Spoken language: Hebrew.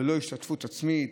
ללא השתתפות עצמית.